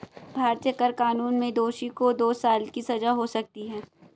भारतीय कर कानून में दोषी को दो साल की सजा हो सकती है